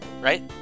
right